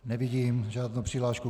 Nevidím žádnou přihlášku.